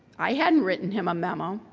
i hadn't written him a memo,